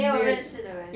没有认识的人